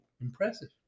Impressive